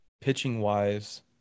pitching-wise